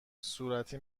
صورتی